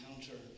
encounter